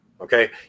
Okay